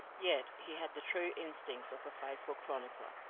yet he had the true instincts of a faithful chronicler.